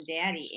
daddy